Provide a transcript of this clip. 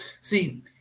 See